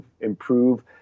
improve